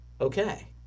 Okay